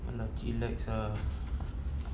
chillax lah